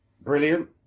brilliant